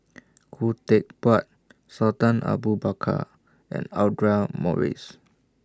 Khoo Teck Puat Sultan Abu Bakar and Audra Morrice